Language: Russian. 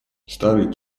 старый